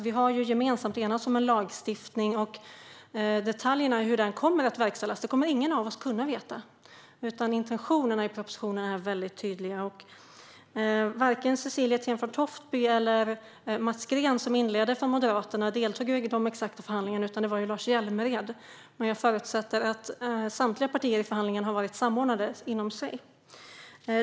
Vi har ju gemensamt enats om en lagstiftning, och detaljerna i hur den ska verkställas kommer ingen av oss att kunna känna till. Intentionerna i propositionen är dock tydliga. Varken Cecilie Tenfjord-Toftby eller Mats Green, som inledde debatten för Moderaternas del, deltog i de exakta förhandlingarna. Det var Lars Hjälmered som gjorde det. Men jag förutsätter att samtliga partier i förhandlingen har varit samordnade inom sig.